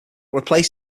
replaced